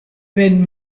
wenn